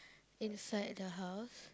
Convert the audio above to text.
inside the house